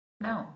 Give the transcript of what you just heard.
No